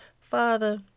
Father